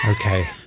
okay